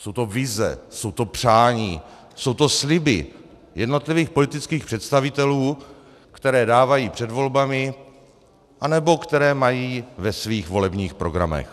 Jsou to vize, jsou to přání, jsou to sliby jednotlivých politických představitelů, které dávají před volbami anebo které mají ve svých volebních programech.